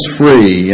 free